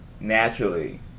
naturally